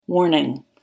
Warning